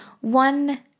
one